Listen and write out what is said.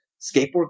skateboard